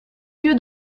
lieu